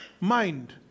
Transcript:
mind